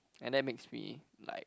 and then makes me like